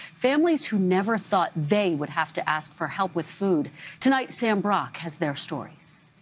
families who never thought they would have to ask for help with food tonight sam brock has their story. so